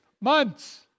months